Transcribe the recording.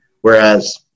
Whereas